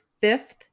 fifth